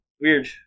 Weird